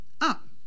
up